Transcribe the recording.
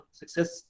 success